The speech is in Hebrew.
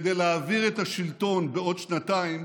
כדי להעביר את השלטון בעוד שנתיים